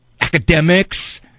academics